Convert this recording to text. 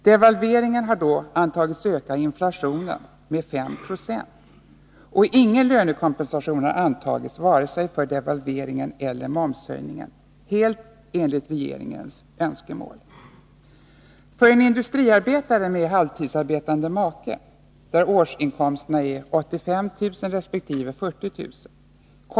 Devalveringen har då antagits öka inflationen med 5 96, och ingen lönekompensation har antagits vare sig för devalveringen eller momshöjningen — helt enligt regeringens önskemål. För en industriarbetare med halvtidsarbetande make där årsinkomsterna är 85000 kr. resp. 40000 kr.